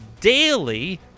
daily